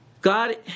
God